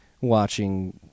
watching